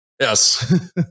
Yes